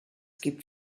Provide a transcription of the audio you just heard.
gibt